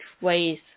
ways